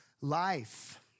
life